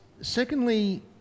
secondly